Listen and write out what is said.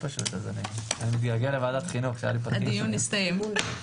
הדיון הסתיים.